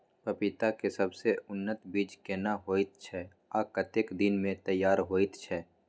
पपीता के सबसे उन्नत बीज केना होयत छै, आ कतेक दिन में तैयार होयत छै?